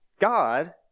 God